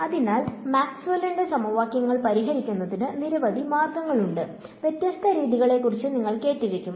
അതിനാൽ മാക്സ്വെല്ലിന്റെ സമവാക്യങ്ങൾ പരിഹരിക്കുന്നതിന് നിരവധി മാർഗങ്ങളുണ്ട് വ്യത്യസ്ത രീതികളെക്കുറിച്ച് നിങ്ങൾ കേട്ടിരിക്കും